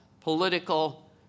political